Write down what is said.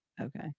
Okay